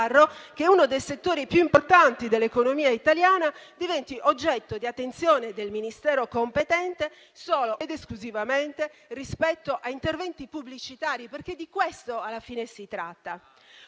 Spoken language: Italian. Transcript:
che uno dei settori più importanti dell'economia italiana diventi oggetto di attenzione del Ministero competente solo ed esclusivamente rispetto a interventi pubblicitari, perché di questo alla fine si tratta.